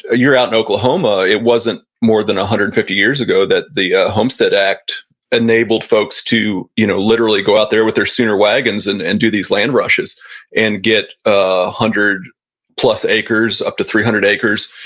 ah you're out in oklahoma it wasn't more than one hundred and fifty years ago that the homestead act enabled folks to you know literally go out there with their sooner wagons and and do these land rushes and get a hundred plus acres up to three hundred acres.